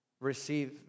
receive